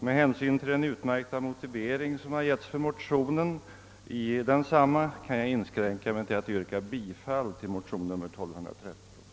Med hänsyn till den utmärkta motivering, som i motionen lämnats för dessa yrkanden, kan jag inskränka mig till att yrka bifall till motionen II: 1213.